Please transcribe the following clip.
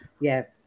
Yes